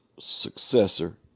successor